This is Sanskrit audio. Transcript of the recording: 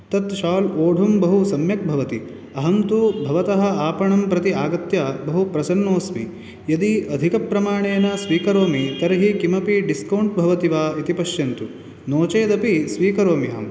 तत् शाल् ओढुं बहु सम्यक् भवति अहं तु भवतः आपणं प्रति आगत्य बहु प्रसन्नोस्मि यदि अधिकप्रमाणेन स्वीकरोमि तर्हि किमपि डिस्कौण्ट् भवति वा इति पश्यन्तु नो चेदपि स्वीकरोमि अहम्